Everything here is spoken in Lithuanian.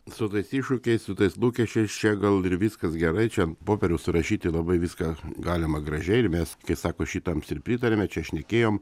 su tais iššūkiais su tais lūkesčiais čia gal ir viskas gerai čia ant popieriaus surašyti labai viską galima gražiai ir mes kai sako šitam ir pritariame čia šnekėjom